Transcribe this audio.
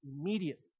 immediately